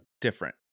different